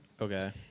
Okay